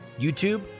YouTube